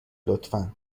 لطفا